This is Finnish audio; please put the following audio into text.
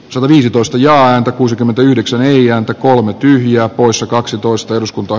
savon edustajaan kuusikymmentäyhdeksän neljä ääntä kolme tyhjää poissa kaksitoista eduskunta